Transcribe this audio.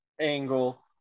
angle